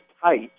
tight